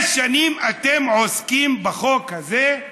זה לא